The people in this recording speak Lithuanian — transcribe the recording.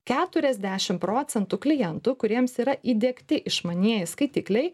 keturiasdešim procentų klientų kuriems yra įdiegti išmanieji skaitikliai